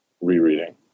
rereading